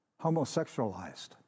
homosexualized